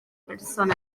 person